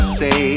say